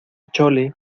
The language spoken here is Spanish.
chole